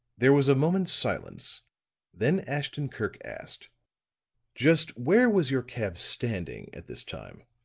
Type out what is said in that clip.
there was a moment's silence then ashton-kirk asked just where was your cab standing at this time?